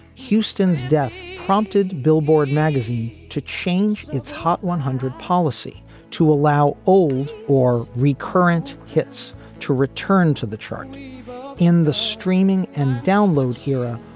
houston's death prompted billboard magazine to change its hot one hundred policy to allow old or recurrent hits to return to the chart in the streaming and download heera.